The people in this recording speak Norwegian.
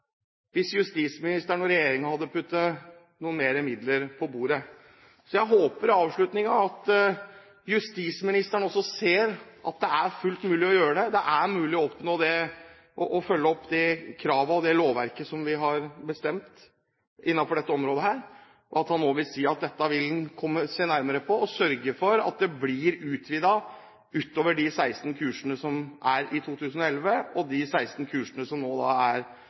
hvis justisministeren og regjeringen hadde lagt noen flere midler på bordet. Så jeg håper i avslutningen at justisministeren også ser at det er fullt mulig å gjøre det – det er mulig å følge opp det kravet og det lovverket som vi har bestemt innenfor dette området – og at han nå vil si at dette vil han se nærmere på, og sørge for at det blir en utvidelse utover de 16 kursene som er i 2011, og de 16 kursene som nå er